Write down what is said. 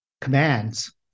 commands